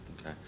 Okay